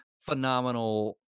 phenomenal